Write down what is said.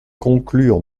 conclure